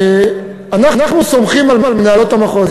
אנחנו סומכים על מנהלות המחוז,